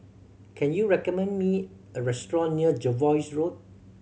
can you recommend me a restaurant near Jervois Road